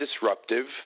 disruptive